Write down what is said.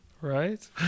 Right